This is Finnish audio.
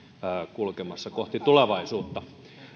kulkemassa kohti tulevaisuutta